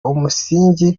umusingi